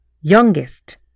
youngest